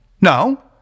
no